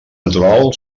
natural